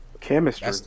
Chemistry